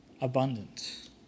abundance